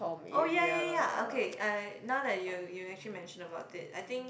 oh ya ya ya okay uh now that you you actually mention about it I think